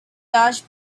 large